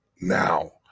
now